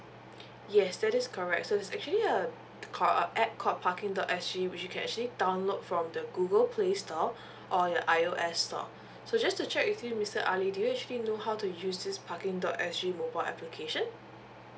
yes that is correct so it's actually a got a app called parking dot S G which you can actually download from the google play store or your I O S store so just to check with you mister ali do you actually know how to use this parking dot S G mobile application